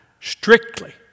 strictly